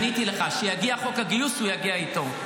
עניתי לך, כשיגיע חוק הגיוס, הוא יגיע איתו.